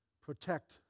protect